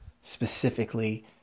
Specifically